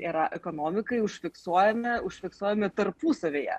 yra ekonomikai užfiksuojami užfiksuojami tarpusavyje